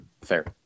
Fair